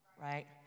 right